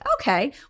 okay